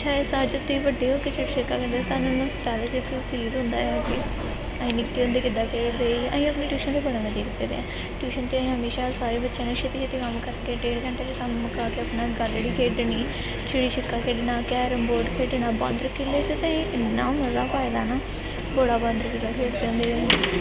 ਛੇ ਸਾਲ 'ਚ ਤੁਸੀਂ ਵੱਡੇ ਹੋ ਕੇ ਚਿੜੀ ਛਿੱਕਾ ਲੈਂਦੇ ਹੋ ਤੁਹਾਨੂੰ ਇੱਕ ਫੀਲ ਹੁੰਦਾ ਹੈ ਵੀ ਅਸੀਂ ਨਿੱਕੇ ਹੁੰਦੇ ਕਿੱਦਾਂ ਖੇਡਦੇ ਸੀ ਅਸੀਂ ਆਪਣੀ ਟਿਊਸ਼ਨ ਦੇ ਬੜੇ ਮਜ਼ੇ ਕੀਤੇ ਦੇ ਆ ਟਿਊਸ਼ਨ 'ਤੇ ਅਸੀਂ ਹਮੇਸ਼ਾ ਸਾਰੇ ਬੱਚਿਆ ਨੇ ਛੇਤੀ ਛੇਤੀ ਕੰਮ ਮੁਕਾ ਕੇ ਡੇਢ ਘੰਟੇ 'ਚ ਕੰਮ ਮੁਕਾ ਕੇ ਆਪਣਾ ਗਾਲੜ੍ਹੀ ਖੇਡਣੀ ਚਿੜੀ ਛਿੱਕਾ ਖੇਡਣਾ ਕੈਰਮਬੋਟ ਖੇਡਣਾ ਬਾਂਦਰ ਕਿੱਲੇ 'ਚ ਤਾਂ ਅਸੀਂ ਇੰਨਾਂ ਮਜ਼ਾ ਪਾਈਦਾ ਨਾ ਬੜਾ ਬਾਂਦਰ ਕਿੱਲਾ ਖੇਡਦੇ ਹੁੰਦੇ ਸੀ ਅਸੀਂ